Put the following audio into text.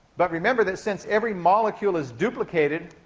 but remember that, since every molecule is duplicated,